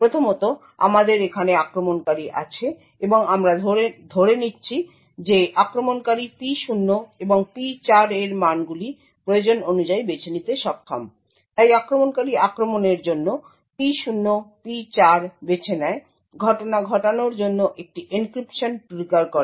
প্রথমত আমাদের এখানে আক্রমণকারী আছে এবং আমরা ধরে নিচ্ছি যে আক্রমণকারী P0 এবং P4 এর মানগুলি প্রয়োজন অনুযায়ী বেছে নিতে সক্ষম তাই আক্রমণকারী আক্রমণের জন্য P0 P4 বেছে নেয় ঘটনা ঘটানোর জন্য একটি এনক্রিপশন ট্রিগার করে